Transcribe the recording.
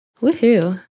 Woohoo